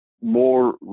more